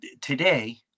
today